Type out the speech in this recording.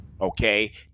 Okay